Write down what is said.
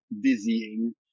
dizzying